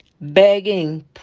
begging